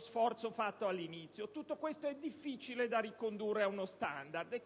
formativo iniziale. Tutto questo è difficile da ricondurre a uno standard e